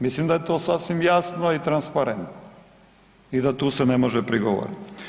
Mislim da je to sasvim jasno i transparentno i da tu se ne može prigovoriti.